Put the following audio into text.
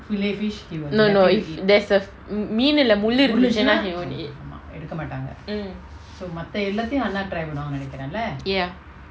no no if there's a mm மீனுல முள்ளு இருந்துசுனா:meenula mullu irunthuchuna he won't eat mm ya